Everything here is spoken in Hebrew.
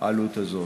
העלות הזאת.